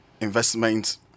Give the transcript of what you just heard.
investment